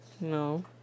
No